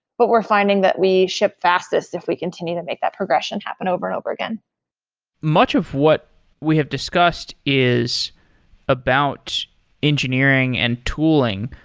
but we're finding that we ship fastest if we continue to make that progression happen over and over again much of what we have discussed is about engineering and tooling.